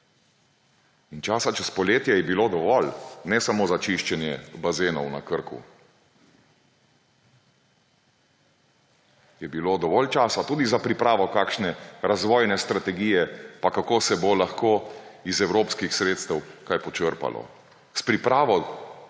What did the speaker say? In časa čez poletje je bilo dovolj. Ne samo za čiščenje bazenov na Krku, je bilo dovolj časa tudi za pripravo kakšne razvojne strategije in kako se bo lahko iz evropskih sredstev kaj počrpalo